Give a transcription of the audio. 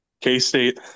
K-State